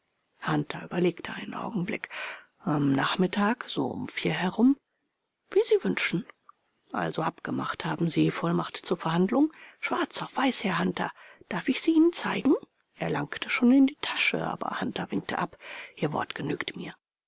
hunter überlegte einen augenblick am nachmittag so um vier herum wie sie wünschen also abgemacht haben sie vollmacht zur verhandlung schwarz auf weiß herr hunter darf ich sie ihnen zeigen er langte schon in die tasche aber hunter winkte ab ihr wort genügt mir